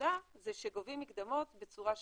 עבודה זה שגובים מקדמות בצורה שמשקפת,